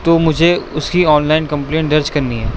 تو مجھے اس کی آن لائن کمپلین درج کرنی ہے